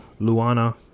Luana